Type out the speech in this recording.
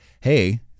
Hey